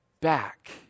back